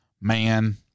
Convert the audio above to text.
man